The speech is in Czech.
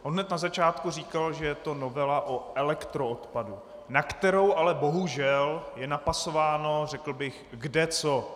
On hned na začátku říkal, že je to novela o elektroodpadu, na kterou ale bohužel je napasováno, řekl bych, kde co.